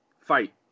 fight